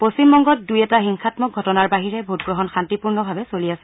পশ্চিমবংগত দুই এটা হিংসামক ঘটনাৰ বাহিৰে ভোটগ্ৰহণ শান্তিপূৰ্ণভাৱে চলি আছে